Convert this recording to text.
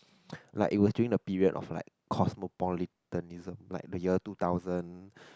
like he was doing the period of like cosmopolitanism like the year two thousand